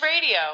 Radio